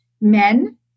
men